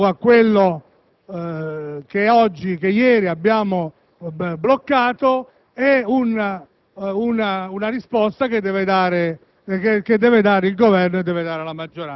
per venire incontro a queste situazioni di disagio. È però chiaro che il prosieguo, nelle Aule parlamentari, dell'*iter* di un provvedimento analogo a quello